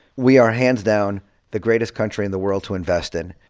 we are hands-down the greatest country in the world to invest in.